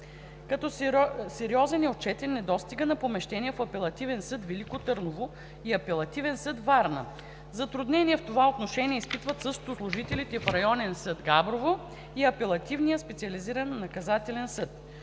Като сериозен е отчетен недостигът на помещения в Апелативен съд – Велико Търново, и Апелативен съд – Варна. Затруднения в това отношение изпиват също служителите в Районен съд – Габрово, и в Апелативния специализиран наказателен съд.